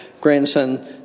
grandson